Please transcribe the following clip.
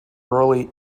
early